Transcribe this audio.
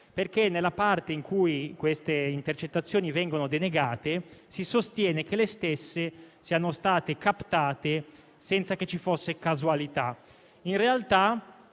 perché nella parte in cui le intercettazioni vengono denegate si sostiene che le stesse siano state captate senza che ci fosse casualità. In realtà,